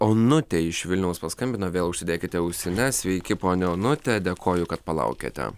onutė iš vilniaus paskambino vėl užsidėkite ausines sveiki ponia onute dėkoju kad palaukėte